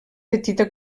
petita